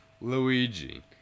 Luigi